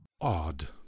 Odd